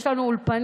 יש לנו אולפנים,